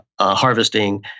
harvesting